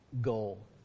goal